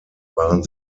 waren